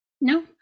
No